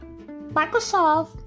Microsoft